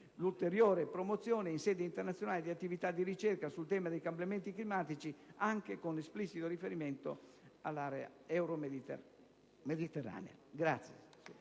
l'ulteriore promozione in sede internazionale di attività di ricerca sul tema dei cambiamenti climatici, anche con esplicito riferimento all'area euromediterranea.